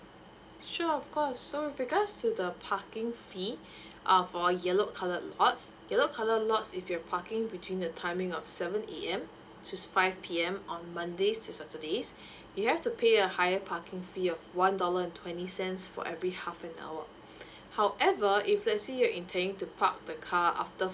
sure of course so with regards to the parking fee uh four yellow coloured lots yellow colour lots if you're parking between the timing of seven A_M to five P_M on mondays to saturdays you have to pay a higher parking fee of one dollar and twenty cents for every half an hour however if let say you intending to park the car after